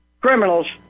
criminals